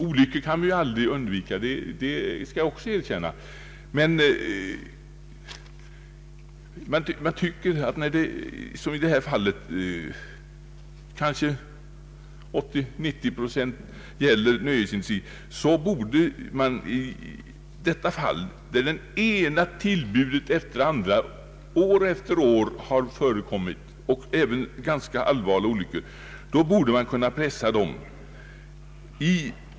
Olyckor kan vi aldrig undvika, det skall jag erkänna, men när det som här till kanske 80 å 90 procent gäller nöjesindustri borde man, då det ena tillbudet efter det andra förekommit år efter år — och då även ganska allvarliga olyckor inträffat — kunna pressa fram bestämmelser.